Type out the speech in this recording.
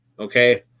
Okay